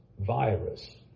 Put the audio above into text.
virus